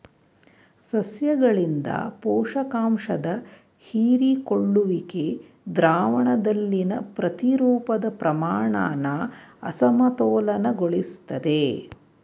ಸಸ್ಯಗಳಿಂದ ಪೋಷಕಾಂಶದ ಹೀರಿಕೊಳ್ಳುವಿಕೆ ದ್ರಾವಣದಲ್ಲಿನ ಪ್ರತಿರೂಪದ ಪ್ರಮಾಣನ ಅಸಮತೋಲನಗೊಳಿಸ್ತದೆ